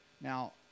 Now